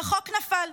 והחוק נפל.